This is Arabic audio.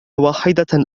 واحدة